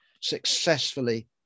successfully